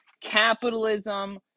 capitalism